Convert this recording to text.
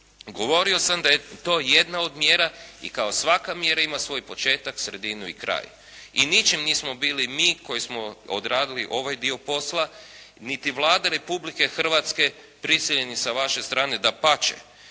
Govorio sam da je to jedna od mjera i kao svaka mjera ima svoj početak, sredinu i kraj. I ničim nismo bili mi, koji smo odradili ovaj dio posla, niti Vlada Republike Hrvatske prisiljeni sa vaše strane. Dapače,